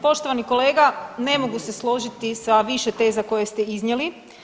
Poštovani kolega ne mogu se složiti sa više teza koje ste iznijeli.